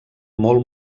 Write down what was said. molt